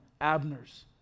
Abners